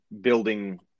building